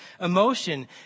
emotion